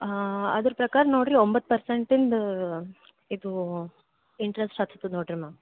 ಹಾಂ ಅದ್ರ ಪ್ರಕಾರ ನೋಡಿರಿ ಒಂಬತ್ತು ಪರ್ಸೆಂಟಿಂದ ಇದೂ ಇಂಟ್ರಸ್ಟ್ ಹಚ್ತದೆ ನೋಡಿರಿ ಮ್ಯಾಮ್